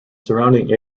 surrounding